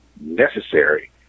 necessary